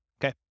Okay